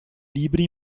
libri